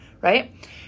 right